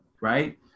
right